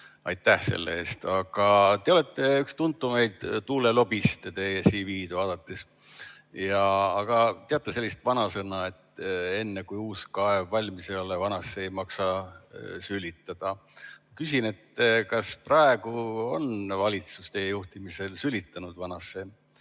aitäh selle eest! Aga te olete üks tuntumaid tuulelobiste, kui teie CV-d vaadata. Aga kas teate sellist vanasõna, et enne, kui uus kaev valmis ei ole, vanasse ei maksa sülitada? Küsingi, kas praegu on valitsus teie juhtimisel sülitanud vanasse